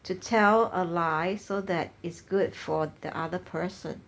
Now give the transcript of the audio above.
to tell a lie so that it's good for the other person